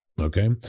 okay